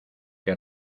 que